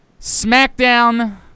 SmackDown